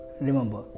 remember